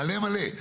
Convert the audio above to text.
מלא מלא.